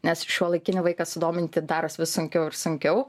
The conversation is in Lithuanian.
nes šiuolaikinį vaiką sudominti daros vis sunkiau ir sunkiau